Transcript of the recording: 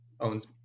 owns